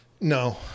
No